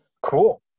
cool